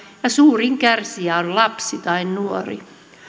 ja suurin kärsijä on lapsi tai nuori